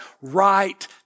right